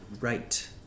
right